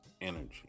energy